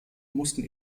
mussten